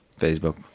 Facebook